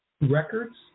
Records